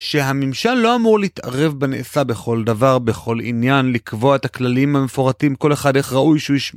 שהממשל לא אמור להתערב בנעשה בכל דבר, בכל עניין, לקבוע את הכללים המפורטים כל אחד איך ראוי שהוא ישמע.